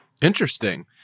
Interesting